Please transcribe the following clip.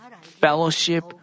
fellowship